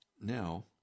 Now